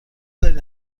دارین